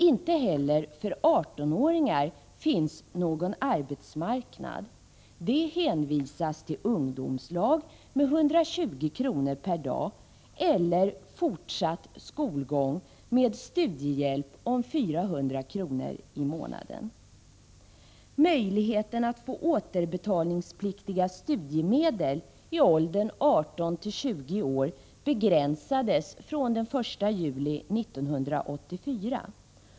Inte heller för 18-åringar finns någon arbetsmarknad; de hänvisas till ungdomslag med 120 kr. per dag eller fortsatt skolgång med studiehjälp om 400 kr. per månad. Möjligheten att få återbetalningspliktiga studiemedel i åldern 18-20 år begränsades från den 1 juli 1984.